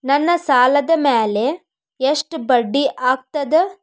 ನನ್ನ ಸಾಲದ್ ಮ್ಯಾಲೆ ಎಷ್ಟ ಬಡ್ಡಿ ಆಗ್ತದ?